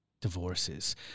divorces